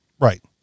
Right